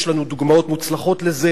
יש לנו דוגמאות מוצלחות לזה.